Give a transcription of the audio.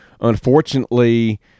unfortunately